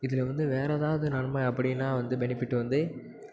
இதில் வந்து வேறு ஏதாவது நன்மை அப்படின்னா வந்து பெனிஃபிட்டு வந்து